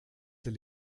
del